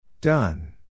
Done